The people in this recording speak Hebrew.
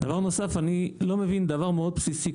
אני לא מבין דבר מאוד בסיסי,